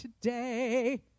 today